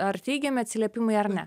ar teigiami atsiliepimai ar ne